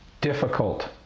difficult